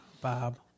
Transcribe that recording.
Bob